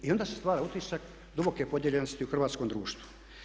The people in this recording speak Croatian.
I onda se stvara utisak duboke podijeljenosti u hrvatskom društvu.